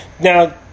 Now